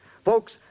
Folks